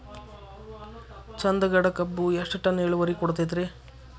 ಚಂದಗಡ ಕಬ್ಬು ಎಷ್ಟ ಟನ್ ಇಳುವರಿ ಕೊಡತೇತ್ರಿ?